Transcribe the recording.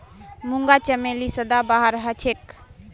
मूंगा चमेली सदाबहार हछेक